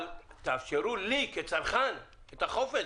אבל תאפשרו לי, כצרכן, את החופש.